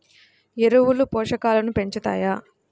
ఎరువులు పోషకాలను పెంచుతాయా?